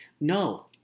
No